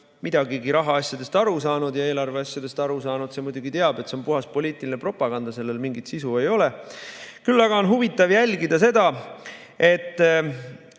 midagigi rahaasjadest aru saanud ja eelarveasjadest aru saanud, see muidugi teab, et see on puhas poliitiline propaganda, sellel mingit sisu ei ole. Küll aga on huvitav jälgida seda, et